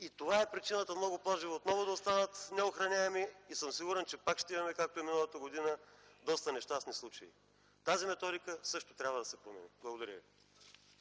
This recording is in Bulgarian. И това е причината много плажове отново да останат неохраняеми. Сигурен съм, че пак ще имаме, както и миналата година, доста нещастни случаи. Тази методика също трябва да се промени. Благодаря.